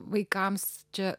vaikams čia